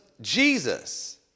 Jesus